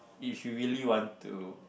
if you really want to